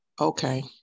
okay